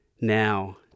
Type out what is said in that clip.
now